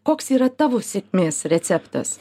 koks yra tavo sėkmės receptas